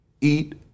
eat